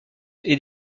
est